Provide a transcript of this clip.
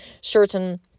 certain